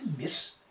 miss